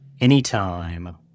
Anytime